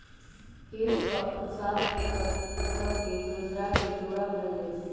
केश साफ़ चिक्कन कके सोझरा के डोरा बनाएल जाइ छइ